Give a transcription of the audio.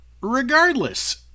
Regardless